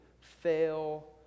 fail